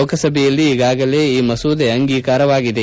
ಲೋಕಸಭೆಯಲ್ಲಿ ಈಗಾಗಳೆ ಈ ಮಸೂದೆ ಅಂಗೀಕಾರವಾಗಿದೆ